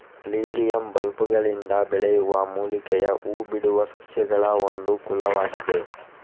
lilium ಬಲ್ಬುಗಳಿಂದ ಬೆಳೆಯುವ ಮೂಲಿಕೆಯ ಹೂ ಬಿಡುವ ಸಸ್ಯಗಳಒಂದು ಕುಲವಾಗಿದೆ